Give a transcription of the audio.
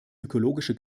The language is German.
ökologische